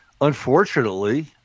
Unfortunately